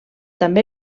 també